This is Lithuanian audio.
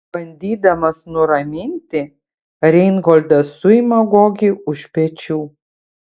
bandydamas nuraminti reinholdas suima gogį už pečių